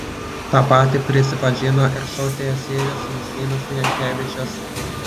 tą patį prisipažino ir šou teisėjas justinas jankevičius